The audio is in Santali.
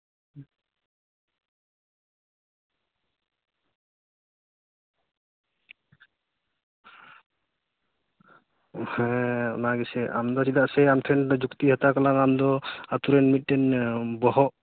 ᱦᱮᱸ ᱚᱱᱟ ᱜᱮᱥᱮ ᱟᱢ ᱫᱚ ᱪᱮᱫᱟᱜ ᱥᱮ ᱟᱢ ᱴᱷᱮᱱ ᱫᱚ ᱡᱩᱠᱛᱤ ᱦᱟᱛᱟᱣ ᱠᱟᱱᱟ ᱟᱢ ᱫᱚ ᱟᱹᱠᱷᱤᱨ ᱨᱮᱱ ᱢᱤᱫᱴᱮᱱ ᱵᱚᱦᱚᱜ